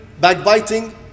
backbiting